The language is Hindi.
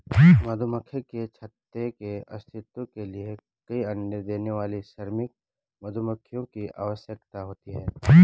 मधुमक्खी के छत्ते के अस्तित्व के लिए कई अण्डे देने वाली श्रमिक मधुमक्खियों की आवश्यकता होती है